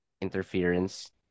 interference